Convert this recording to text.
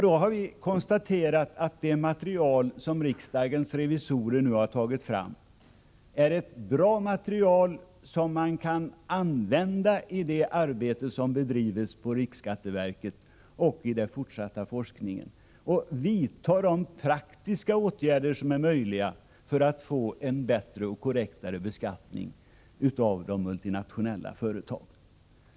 Då har vi konstaterat att det material som riksdagens revisorer nu har tagit fram är ett bra material, som man kan använda i det arbete som bedrivs på riksskatteverket och i den fortsatta forskningen för att man skall kunna vidta de åtgärder som är möjliga för att få en korrektare beskattning av de multinationella företagen.